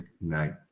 night